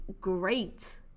great